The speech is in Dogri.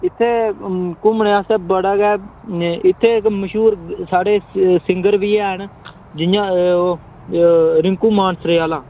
इत्थै घुम्मने आस्तै बड़ा गै इत्थै इक मश्हूर साढ़े सिंगर बी हैन जि'यां ओह् रिंकु मानसरे आह्ला